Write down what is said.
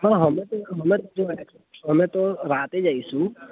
હા હા અમે તો અમે તો જુઓ અમે તો રાતે જ આવીશું